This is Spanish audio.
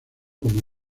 como